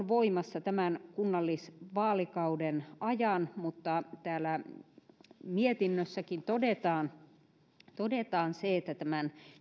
voimassa tämän kunnallisvaalikauden ajan mutta täällä mietinnössäkin todetaan todetaan se että tämän